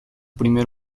primer